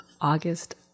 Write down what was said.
August